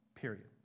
Period